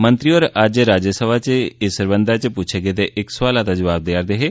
मंत्री होर अज्ज राज्यसभा च इस सरबंधा च पुच्छे गेदे इक सोआला दा जवाब देआ'रदे हे